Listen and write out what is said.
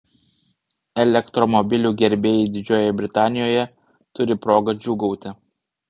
elektromobilių gerbėjai didžiojoje britanijoje turi progą džiūgauti